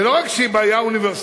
ולא רק שהיא בעיה אוניברסלית,